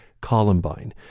Columbine